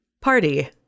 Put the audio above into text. party